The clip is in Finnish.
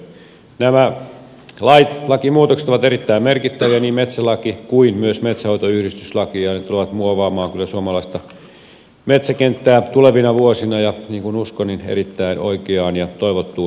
nämä lait lakimuutokset ovat erittäin merkittäviä niin metsälaki kuin myös metsänhoitoyhdistyslaki ja ne tulevat muovaamaan kyllä suomalaista metsäkenttää tulevina vuosina ja niin uskon erittäin oikeaan ja toivottuun suuntaan